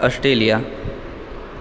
Australia